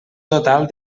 total